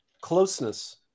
closeness